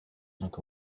dance